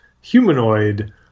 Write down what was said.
humanoid